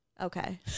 Okay